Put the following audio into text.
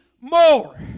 more